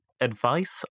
advice